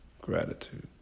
gratitude